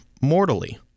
mortally